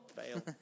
Fail